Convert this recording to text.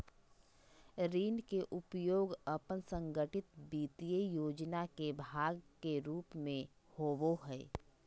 ऋण के प्रयोग अपन संगठित वित्तीय योजना के भाग के रूप में होबो हइ